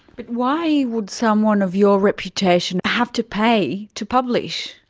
but why would someone of your reputation have to pay to publish?